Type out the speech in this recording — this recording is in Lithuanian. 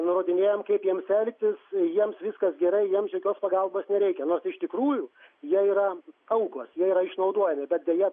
nurodinėjam kaip jiems elgtis jiems viskas gerai jiems jokios pagalbos nereikia nors iš tikrųjų jie yra aukos jie yra išnaudojami bet deja